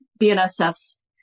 BNSF's